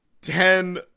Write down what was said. Ten